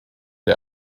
der